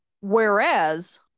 whereas